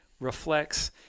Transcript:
reflects